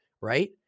right